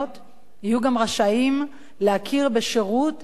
יהיו גם רשאים להכיר בשירות המילואים